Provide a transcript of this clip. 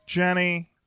Jenny